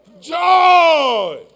Joy